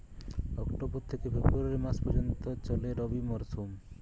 October থেকে February মাস পর্যন্ত চলে রবি মরসুম